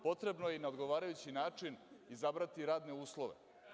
Potrebno je i na odgovarajući način izabrati radne uslove.